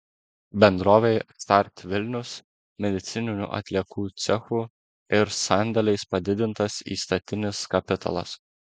bendrovei start vilnius medicininių atliekų cechu ir sandėliais padidintas įstatinis kapitalas